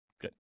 Good